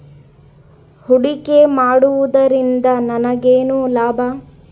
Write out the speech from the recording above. ಹೂಡಿಕೆ ಮಾಡುವುದರಿಂದ ನನಗೇನು ಲಾಭ?